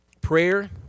prayer